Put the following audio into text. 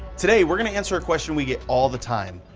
today, we're gonna answer a question we get all the time.